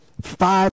five